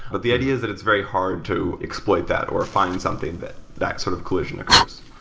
but the idea is that it's very hard to exploit that or find something that that sort of collision occurs.